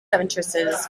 entrances